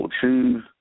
choose